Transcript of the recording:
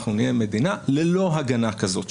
אנחנו נהיה מדינה ללא הגנה כזאת.